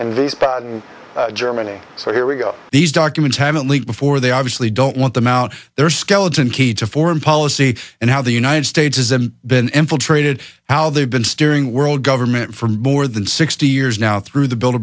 burton and these germany so here we go these documents have been leaked before they obviously don't want them out there skeleton key to foreign policy and how the united states is been infiltrated how they've been steering world government for more than sixty years now through the build a